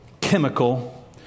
chemical